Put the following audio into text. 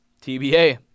TBA